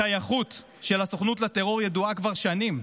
השייכות של הסוכנות לטרור ידועה כבר שנים.